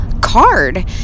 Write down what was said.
card